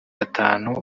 atanu